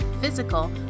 physical